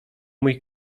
mój